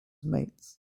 mates